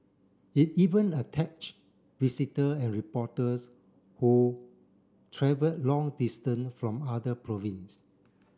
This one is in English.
it even attached visitor and reporters who travelled long distance from other province